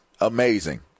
amazing